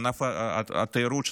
לענף התיירות,